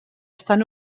estan